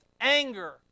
anger